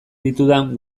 ditudan